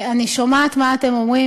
אני שומעת מה אתם אומרים,